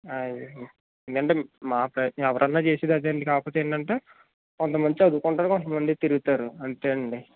ఆయి ఎందుకంటే మా ప్రయత్నం ఎవరైనా చేసేది అదే అండి కాకపోతే ఏంటంటే కొంతమంది చదువుకుంటారు కొంతమంది తిరుగుతారు అంతే అండి